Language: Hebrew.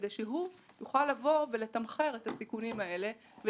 כדי שהוא יוכל לתמחר את הסיכונים האלה ולקבוע